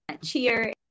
cheer